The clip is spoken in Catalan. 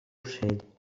ocell